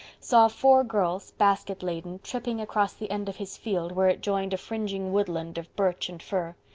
saw four girls, basket laden, tripping across the end of his field where it joined a fringing woodland of birch and fir.